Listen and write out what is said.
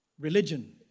Religion